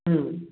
হুম